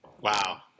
Wow